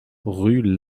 rue